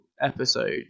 episode